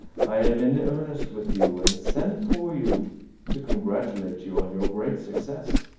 i am in earnest with you, and sent for you to congratulate you on your great success.